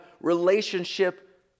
relationship